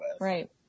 right